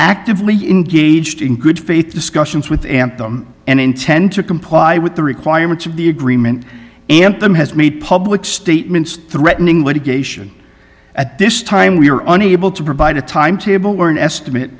actively engaged in good faith discussions with amp them and intend to comply with the requirements of the agreement anthem has made public statements threatening litigation at this time we were unable to provide a timetable or an estimate